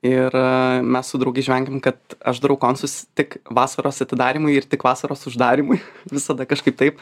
ir mes su draugais žvengėm kad aš darau koncus tik vasaros atidarymui ir tik vasaros uždarymui visada kažkaip taip